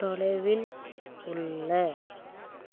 தொலைவில் உள்ள